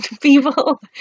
people